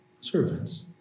servants